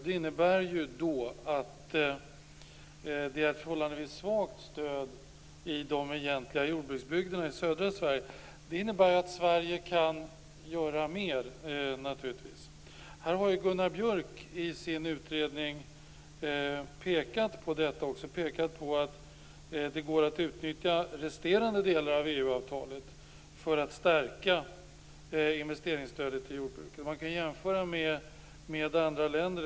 Det innebär att det är ett förhållandevis svagt stöd i de egentliga jordbruksbygderna, i södra Sverige. Det innebär naturligtvis att Sverige kan göra mer. Gunnar Björk har ju i sin utredning också pekat på att det går att utnyttja resterande delar av EU-avtalet för att stärka investeringsstödet till jordbruket. Man kan göra en jämförelse med andra länder.